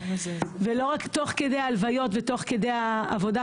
ולא רק תוך כדי הלוויות ותוך כדי העבודה,